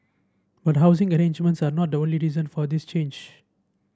but housing arrangements are not the only reason for this change